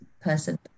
person